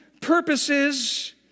purposes